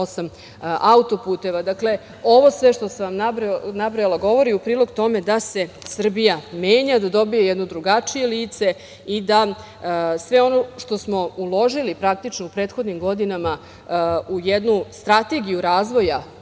autoputeva, govori u prilog tome da se Srbija menja, da dobija jednu drugačije lice i da sve ono što smo uložili praktično u prethodnim godinama u jednu strategiju razvoja